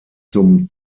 zum